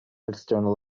external